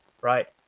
right